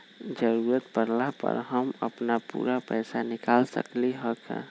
जरूरत परला पर हम अपन पूरा पैसा निकाल सकली ह का?